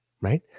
Right